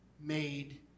made